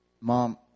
mom